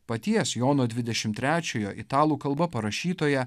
paties jono dvidešim trečiojo italų kalba parašytoje